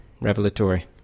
revelatory